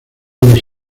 los